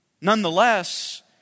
Nonetheless